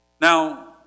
Now